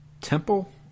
Temple